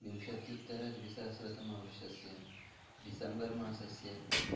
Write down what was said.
विंशत्युत्तरद्विसहस्रतमवर्षस्य December मासस्य